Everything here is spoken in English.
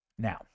Now